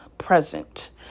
Present